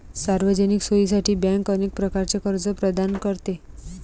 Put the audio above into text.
सार्वजनिक सोयीसाठी बँक अनेक प्रकारचे कर्ज प्रदान करते